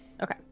Okay